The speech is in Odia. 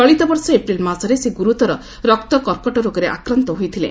ଚଳିତ ବର୍ଷ ଏପ୍ରିଲ୍ ମାସରେ ସେ ଗୁରୁତର ରକ୍ତ କର୍କଟ ରୋଗରେ ଆକ୍ରାନ୍ତ ହୋଇଥିଳେ